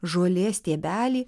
žolės stiebelį